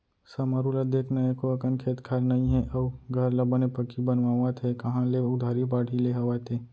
समारू ल देख न एको अकन खेत खार नइ हे अउ घर ल बने पक्की बनवावत हे कांहा ले उधारी बाड़ही ले हवय ते?